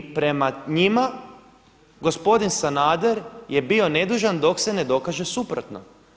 I prema njima gospodin Sanader je bio nedužan dok se ne dokaže suprotno.